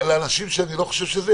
לאנשים שאני לא חושב ---.